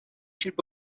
should